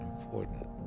important